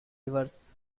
rivers